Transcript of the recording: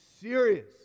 serious